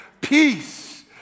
Peace